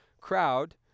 crowd